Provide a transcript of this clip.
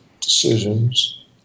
decisions